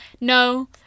No